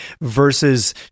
Versus